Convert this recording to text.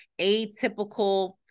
atypical